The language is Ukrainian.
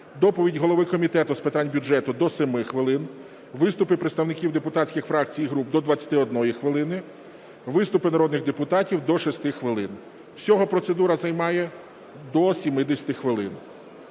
доповідь голови Комітету з питань бюджету – до 7 хвилин; виступи представників депутатських фракцій і груп – до 21 хвилини; виступи народних депутатів – до 6 хвилин. Всього процедура займає до 70 хвилин.